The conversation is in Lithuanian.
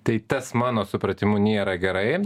tai tas mano supratimu nėra gerai